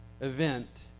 event